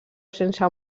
sense